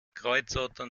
kreuzottern